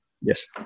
Yes